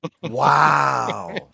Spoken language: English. Wow